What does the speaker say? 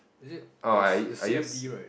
is it the the C_F_D right